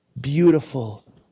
beautiful